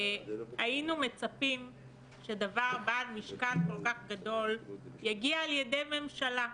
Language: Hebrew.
היינו מצפים שדבר בעל משקל כל כך גדול ידי על-ידי ממשלה.